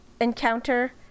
Encounter